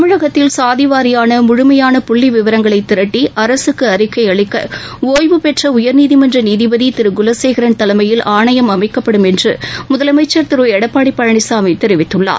தமிழகத்தில் சாதி வாரியாள முழுமையான புள்ளி விவரங்களை திரட்டி அரசுக்கு அறிக்கை அளிக்க ஒய்வுபெற்ற உயர்நீதிமன்ற நீதிபதி திரு குலசேகரன் தலைமையில் ஆணையம் அமைக்கப்படும் என்று முதலமைச்சள் திரு எடப்பாடி பழனிசாமி தெரிவித்துள்ளார்